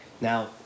now